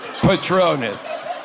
Patronus